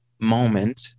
moment